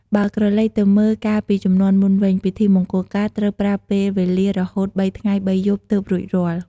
បើក្រឡេកទៅមើលកាលពីជំនាន់មុនវិញ ពិធីមង្គលការត្រូវប្រើពេលវេលារហូតបីថ្ងៃបីយប់ទើបរួចរាល់។